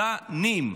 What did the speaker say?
פחדנים.